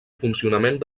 funcionament